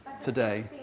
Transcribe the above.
today